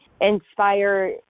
inspire